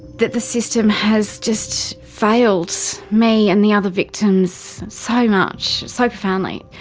that the system has just failed me and the other victims so much, so profoundly.